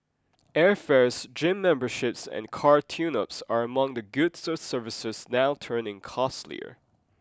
airfares gym memberships and car tuneups are among the goods or services now turning costlier